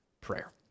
prayer